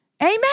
Amen